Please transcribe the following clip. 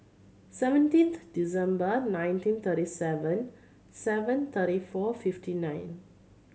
seventeenth December nineteen thirty seven seven thirty four fifty nine